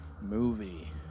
movie